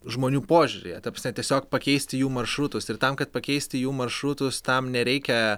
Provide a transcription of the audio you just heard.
žmonių požiūryje ta prasme tiesiog pakeisti jų maršrutus ir tam kad pakeisti jų maršrutus tam nereikia